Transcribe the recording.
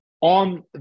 On